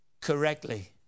correctly